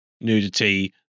nudity